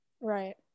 right